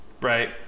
right